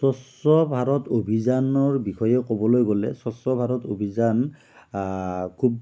স্বচ্ছ ভাৰত অভিযানৰ বিষয়ে ক'বলৈ গ'লে স্বচ্ছ ভাৰত অভিযান খুব